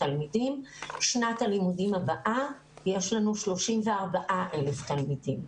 תלמידים ובשנת הלימודים הבאה יש לנו 34,000 תלמידים.